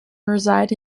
reside